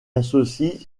associent